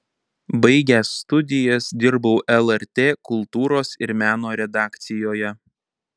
baigęs studijas dirbau lrt kultūros ir meno redakcijoje